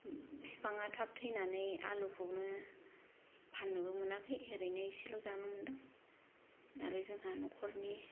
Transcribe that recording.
फिफाङा थाब थैनानै आलुखौनो फाननोबो मोनाखै ओरैनो इसेल' जानो मोनदों आरो जोंहा न'खरनि